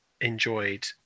enjoyed